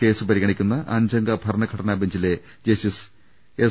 case പരിഗണിക്കുന്ന അഞ്ചംഗ ബെഞ്ചിലെ ജസ്റ്റിസ് എസ്